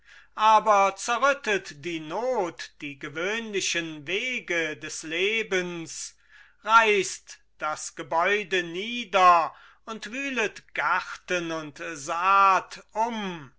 aber zerrüttet die not die gewöhnlichen wege des lebens reißt das gebäude nieder und wühlet garten und saat um